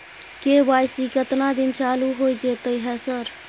KYC केतना दिन चालू होय जेतै है सर?